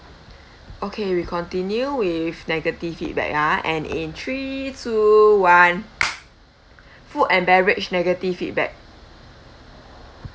okay we continue with negative feedback ah and in three two one food and beverage negative feedback